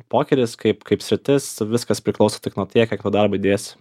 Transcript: pokeris kaip kaip sritis viskas priklauso tik nuo tiek kiek darbo įdėsi